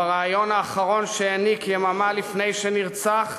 בריאיון האחרון שהוא העניק, יממה לפני שנרצח,